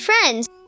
friends